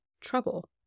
trouble